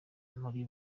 muri